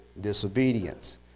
disobedience